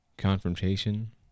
confrontation